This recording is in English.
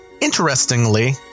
Interestingly